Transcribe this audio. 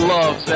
Love